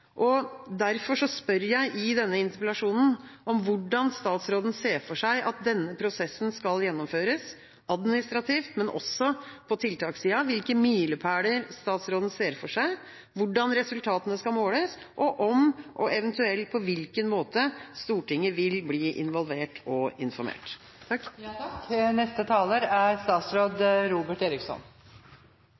Derfor spør jeg i denne interpellasjonen om hvordan statsråden ser for seg at denne prosessen skal gjennomføres, administrativt, men også på tiltakssida, hvilke milepæler statsråden ser for seg, hvordan resultatene skal måles, og om, og eventuelt på hvilken måte, Stortinget vil bli involvert og informert.